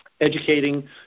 educating